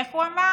איך הוא אמר?